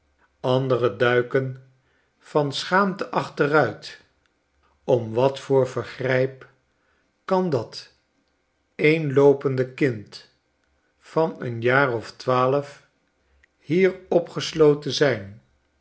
andere duiken van schaamte achteruit om wat voor vergryp kan dat eenloopende kind van een jaar of twaalf hier opgesloten zijn